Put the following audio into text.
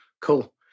cool